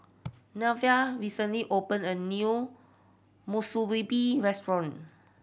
Neveah recently opened a new Monsunabe Restaurant